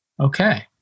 okay